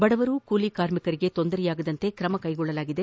ಬಡವರು ಕೂಲಿ ಕಾರ್ಮಿಕರಿಗೆ ತೊಂದರೆಯಾಗದಂತೆ ಕ್ರಮ ಕೈಗೊಳ್ಳಲಾಗಿದೆ